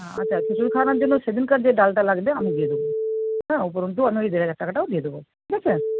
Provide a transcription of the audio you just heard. আচ্ছা খিচুড়ি খাওয়ানোর জন্য সেদিনকার যে ডালটা লাগবে আমি দিয়ে দেবো হ্যাঁ উপরন্তু আমি ওই দেড় হাজার টাকাটাও দিয়ে দেবো ঠিক আছে